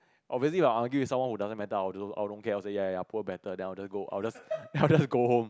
obviously if I argue with someone who doesn't matter I'll I'll don't care also ya ya poor better then I'll just go I'll just I'll just go home